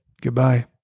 Goodbye